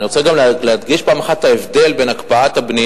אני רוצה להדגיש פעם אחת את ההבדל בין הקפאת הבנייה,